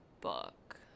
book